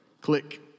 Click